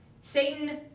Satan